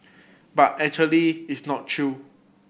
but actually it's not true